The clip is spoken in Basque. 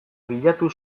bilatu